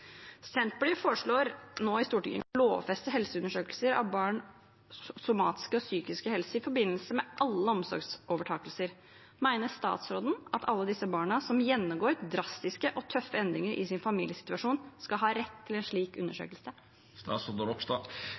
Senterpartiet foreslår nå i Stortinget å lovfeste helseundersøkelse av barns somatiske og psykiske helse i forbindelse med alle omsorgsovertakelser. Mener statsråden at alle disse barna som gjennomgår drastiske og tøffe endringer i sin familiesituasjon, skal ha rett til en slik undersøkelse?